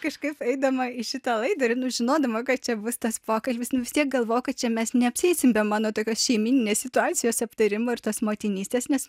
kažkaip eidama į šitą laidą ir žinodama kad čia bus tas pokalbis vis tiek galvojau kad čia mes neapsieisime be mano tokios šeimyninės situacijos aptarimo ir tos motinystės nes